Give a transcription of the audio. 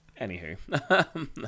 anywho